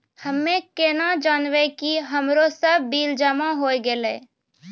हम्मे केना जानबै कि हमरो सब बिल जमा होय गैलै?